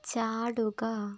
ചാടുക